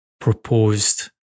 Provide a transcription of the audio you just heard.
proposed